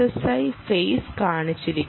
RSSI phase കാണിച്ചിരിക്കുന്നു